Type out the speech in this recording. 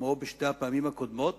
כמו בשתי הפעמים הקודמות,